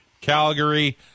Calgary